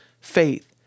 faith